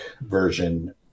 version